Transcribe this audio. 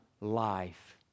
life